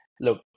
look